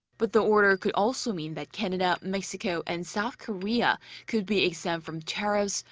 but the order could also mean that canada, mexico and south korea could be exempt from tariffs.